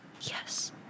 Yes